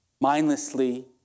mindlessly